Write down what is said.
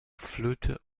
flöte